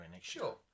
Sure